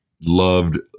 loved